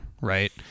right